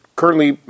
currently